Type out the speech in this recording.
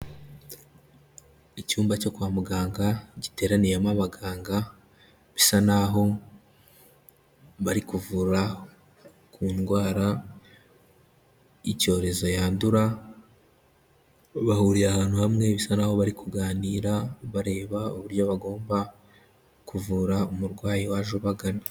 Icyumba cyo kwa muganga giteraniyemo abaganga, bisa naho bari kuvura ku ndwara icyorezo yandura, bahuriye ahantu hamwe ,bisa naho bari kuganira bareba uburyo bagomba kuvura umurwayi waje ubagana.